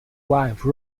wife